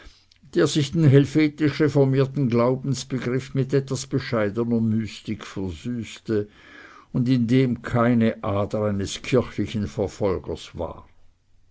der sich den helvetisch reformierten glaubensbegriff mit etwas bescheidener mystik versüßte und in dem keine ader eines kirchlichen verfolgers war